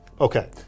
okay